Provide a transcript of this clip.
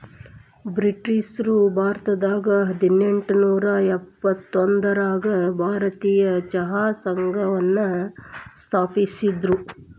ಬ್ರಿಟಿಷ್ರು ಭಾರತದಾಗ ಹದಿನೆಂಟನೂರ ಎಂಬತ್ತೊಂದರಾಗ ಭಾರತೇಯ ಚಹಾ ಸಂಘವನ್ನ ಸ್ಥಾಪಿಸಿದ್ರು